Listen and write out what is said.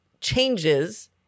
changes